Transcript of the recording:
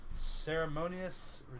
Ceremonious